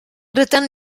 rydyn